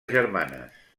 germanes